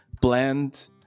Bland